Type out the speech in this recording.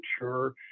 mature